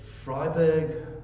Freiburg